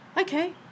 okay